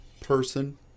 person